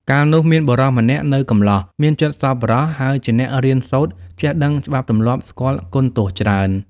កាលនោះ មានបុរសម្នាក់ នៅកម្លោះ មានចិត្តសប្បុរសហើយជាអ្នករៀនសូត្រ ចេះដឹងច្បាប់ទម្លាប់ស្គាល់គុណទោសច្រើន។